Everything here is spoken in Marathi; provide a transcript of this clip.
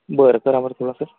बरं करा मग थोडा सर